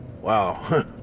wow